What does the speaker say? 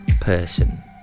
person